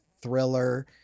thriller